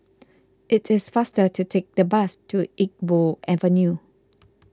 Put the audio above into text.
it is faster to take the bus to Iqbal Avenue